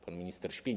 Pan minister śpi?